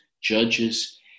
judges